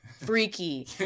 freaky